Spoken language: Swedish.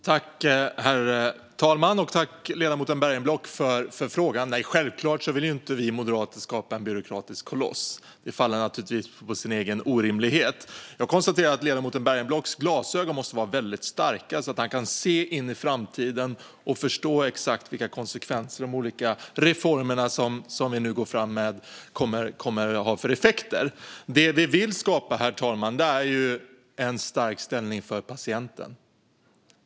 Herr talman! Jag tackar ledamoten Bergenblock för frågan. Nej, självklart vill inte vi moderater skapa en byråkratisk koloss. Det faller naturligtvis på sin egen orimlighet. Ledamoten Bergenblocks glasögon måste vara väldigt starka om han kan se in i framtiden och förstå exakt vilka konsekvenser de olika reformer som vi nu går fram med kommer att ha för effekter. Det vi vill skapa, herr talman, är en stark ställning för patienten.